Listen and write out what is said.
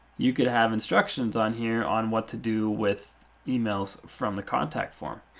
you could have instructions on here on what to do with emails from the contact form.